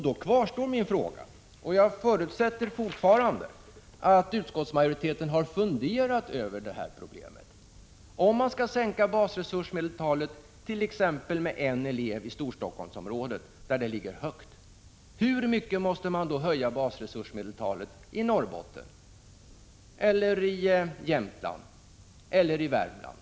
Då kvarstår min fråga, och jag förutsätter fortfarande att utskottsmajoriteten har funderat över detta problem: Om man skall sänka basresursmedeltalet med t.ex. en elev i Storstockholmsområdet, där det ligger högt, hur mycket måste man höja det i Norrbotten, Jämtland eller Värmland?